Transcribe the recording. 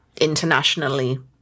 internationally